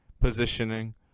positioning